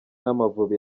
n’amavubi